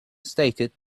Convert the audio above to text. stated